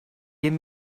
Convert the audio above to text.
give